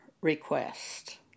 request